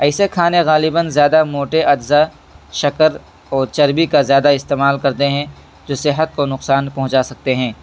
ایسے کھانے غالباً زیادہ موٹے اجزاء شکر اور چربی کا زیادہ استعمال کرتے ہیں جو صحت کو نقصان پہنچا سکتے ہیں